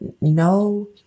no